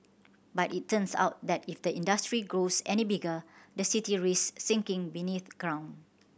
but it turns out that if the industry grows any bigger the city risk sinking beneath ground